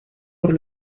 por